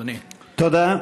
תודה.